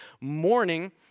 morning